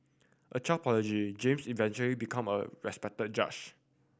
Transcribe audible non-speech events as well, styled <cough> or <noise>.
a child <unintelligible> James eventually become a respected judge